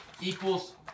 equals